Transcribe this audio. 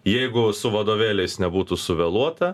jeigu su vadovėliais nebūtų suvėluota